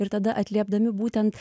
ir tada atliepdami būtent